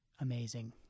amazing